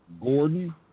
Gordon